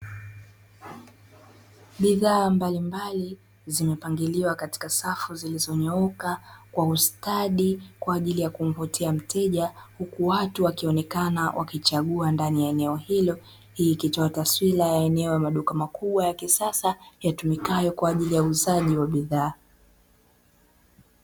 Bidhaa mablimbali zimeapangiliwa katika safu zilizoonyoka kwa ustadi kwa ajili ya kumvutia mteja, huku watu wakionekana wakichagua ndani ya eneo hilo, hii ikitoa taswira ya eneo la maduka makubwa ya kisasa yatumikayo kwa ajili ya uuzaji wa bidhaa.